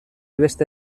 beste